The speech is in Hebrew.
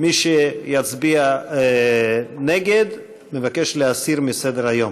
מי שיצביע נגד, מבקש להסיר מסדר-היום.